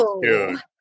dude